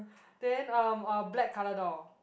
then um uh black colour door